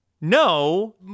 no